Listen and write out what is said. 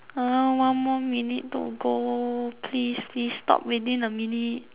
!huh! one more minute to go please please stop within a minute